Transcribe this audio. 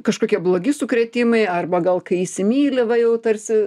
kažkokie blogi sukrėtimai arba gal kai įsimyli va jau tarsi